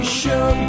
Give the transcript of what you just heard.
show